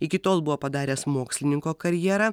iki tol buvo padaręs mokslininko karjerą